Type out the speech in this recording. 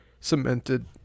cemented